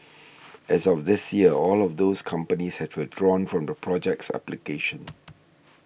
as of this year all of those companies had withdrawn from the project's application